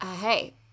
hey